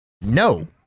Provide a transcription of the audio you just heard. no